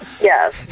yes